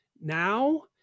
now